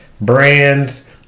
Brands